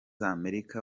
amerika